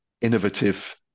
innovative